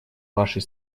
вашей